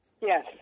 Yes